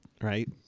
Right